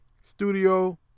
studio